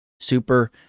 Super